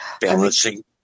Balancing